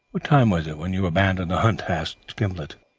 what time was it when you abandoned the hunt? asked gimblet.